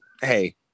Hey